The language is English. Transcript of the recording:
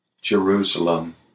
Jerusalem